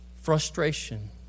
frustration